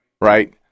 right